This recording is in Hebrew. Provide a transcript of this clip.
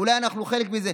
אולי אנחנו חלק מזה.